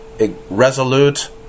resolute